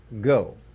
go